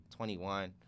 21